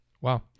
Wow